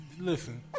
listen